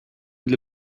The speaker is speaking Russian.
для